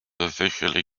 officially